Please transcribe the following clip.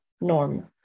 norm